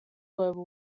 global